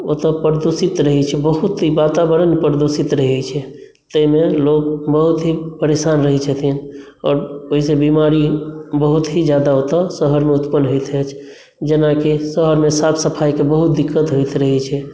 ओतय प्रदूषित रहैत छै बहुत ई वातावरण प्रदूषित रहैत छै ताहिमे लोक बहुत ही परेशान रहैत छथिन आओर ओहिसँ बीमारी बहुत ही ज्यादा ओतय शहरमे उत्पन्न होइत अछि जेनाकि शहरमे साफ सफाइके बहुत दिक्कत होइत रहैत छै